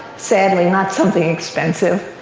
sadly, not something expensive.